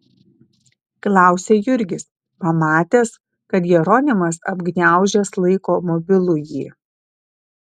klausia jurgis pamatęs kad jeronimas apgniaužęs laiko mobilųjį